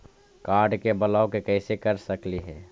Card के block कैसे कर सकली हे?